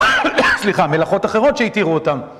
סליחה, מלאכות אחרות שהתירו אותם